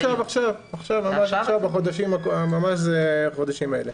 עכשיו, עכשיו, ממש בחודשים האלה.